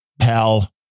pal